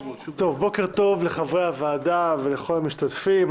בוקר טוב לחברי הוועדה ולכל המשתתפים.